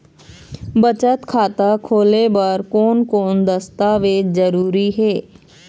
बचत खाता खोले बर कोन कोन दस्तावेज जरूरी हे?